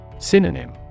Synonym